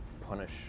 punish